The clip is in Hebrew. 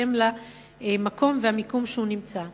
ובהתאם למקום ולמיקום שהוא נמצא בו.